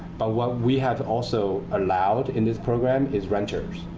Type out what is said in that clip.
but what we have also allowed in this program is renters.